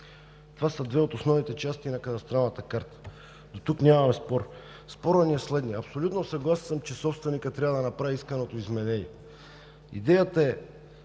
Това са две от основните части на кадастралната карта. Дотук нямаме спор. Спорът ни е следният. Абсолютно съгласен съм, че собственикът трябва да направи исканото изменение. Идеята е